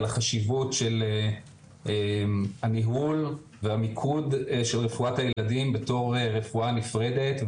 על החשיבות של הניהול והפיקוד של רפואת הילדים בתור רפואה נפרדת.